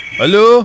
Hello